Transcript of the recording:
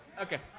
Okay